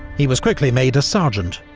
he was quickly made a sergeant,